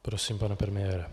Prosím, pane premiére.